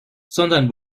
sondern